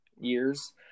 years